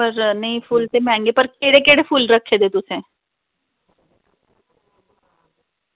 पर नेईं फुल्ल ते मैहंगे पर केह्ड़े केह्ड़े फुल्ल रक्खे दे तुसैं